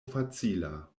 facila